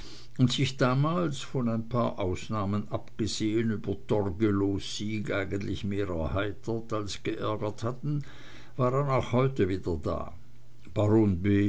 und sich damals von ein paar ausnahmen abgesehen über torgelows sieg eigentlich mehr erheitert als geärgert hatten waren auch heute wieder da baron